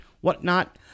whatnot